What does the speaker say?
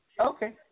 Okay